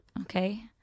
okay